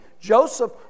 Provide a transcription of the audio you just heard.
Joseph